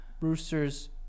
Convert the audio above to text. roosters